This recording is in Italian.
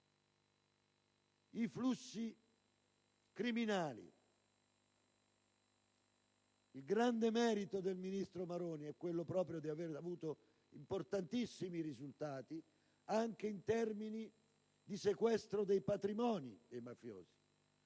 i flussi criminali. Il grande merito del ministro Maroni è stato quello di aver avuto importantissimi risultati anche in termini di sequestro dei patrimoni dei mafiosi.